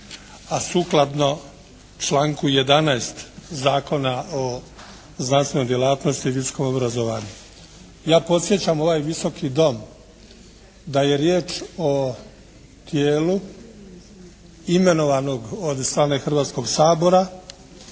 a sukladno članku 11. Zakona o znanstvenoj djelatnosti i visokom obrazovanju. Ja podsjećam ovaj Visoki dom da je riječ o tijelu imenovanog od strane Hrvatskog sabora